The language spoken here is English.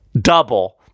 double